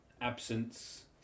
absence